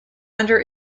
under